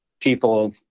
people